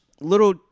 Little